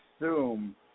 assume